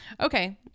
Okay